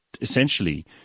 essentially